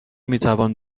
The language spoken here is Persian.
میتوان